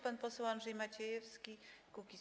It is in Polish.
Pan poseł Andrzej Maciejewski, Kukiz’15.